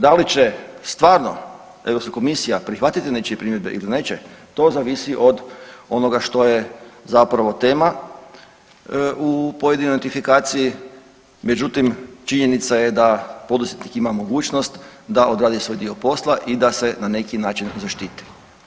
Da li će stvarno Europska komisija prihvatiti nečije primjedbe ili neće to zavisi od onoga što je zapravo tema u pojedinoj dentifikaciji, međutim činjenica je da poduzetnik ima mogućnost da odradi svoj dio posla i da se na neki način zaštiti.